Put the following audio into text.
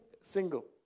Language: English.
single